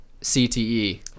CTE